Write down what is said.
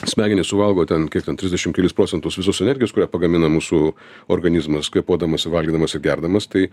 smegenys suvalgo ten kiek ten trisdešim kelis procentus visos energijos kurią pagamina mūsų organizmas kvėpuodamas ir valgydamas ir gerdamas tai